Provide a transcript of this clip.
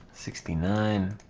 sixty nine